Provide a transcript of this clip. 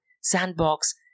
Sandbox